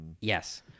Yes